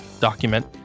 document